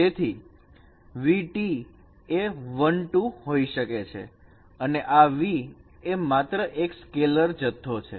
તેથી V T એ 1 2 હોઈ શકે છે અને આ v એ માત્ર એક સ્કેલર જથ્થો છે